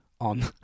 on